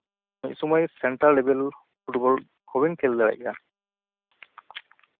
ᱥᱚᱢᱚᱭ ᱥᱮᱱᱴᱨᱟᱞ ᱞᱮᱵᱮᱞ ᱯᱷᱩᱴᱵᱚᱞ ᱦᱚᱵᱮᱱ ᱠᱷᱮᱞ ᱫᱟᱲᱮᱭᱟᱜ ᱜᱮᱭᱟ